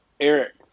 Eric